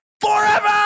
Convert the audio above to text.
Forever